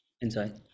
inside